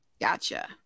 Gotcha